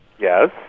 Yes